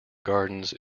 gardens